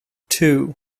two